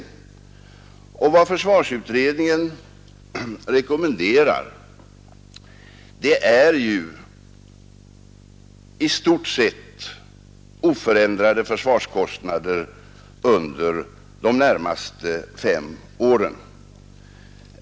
Vad försvarsutredningen rekommenderar är ju i stort sett oförändrade försvarskostnader under de närmaste fem åren.